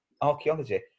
Archaeology